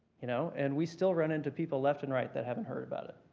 you know, and we still run into people left and right that haven't heard about it.